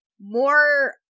more